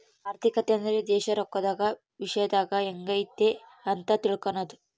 ಆರ್ಥಿಕತೆ ಅಂದ್ರೆ ದೇಶ ರೊಕ್ಕದ ವಿಶ್ಯದಾಗ ಎಂಗೈತೆ ಅಂತ ತಿಳ್ಕನದು